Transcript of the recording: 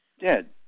dead